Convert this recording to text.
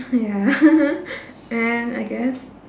ya and I guess